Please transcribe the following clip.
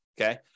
okay